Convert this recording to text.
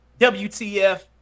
WTF